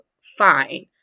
fine